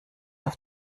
auf